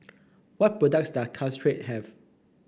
what products does Caltrate have